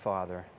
Father